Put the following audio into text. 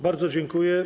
Bardzo dziękuję.